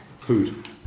food